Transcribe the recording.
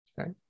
Okay